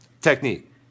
technique